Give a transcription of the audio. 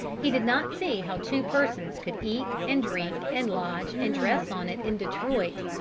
he did not see how two persons could eat, and drink, and lodge, and dress on it in detroit,